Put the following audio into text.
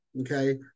okay